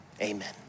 Amen